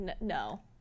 no